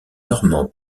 normand